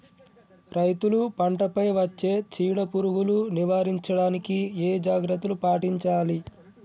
రైతులు పంట పై వచ్చే చీడ పురుగులు నివారించడానికి ఏ జాగ్రత్తలు పాటించాలి?